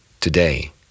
today